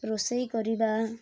ରୋଷେଇ କରିବା